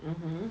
mmhmm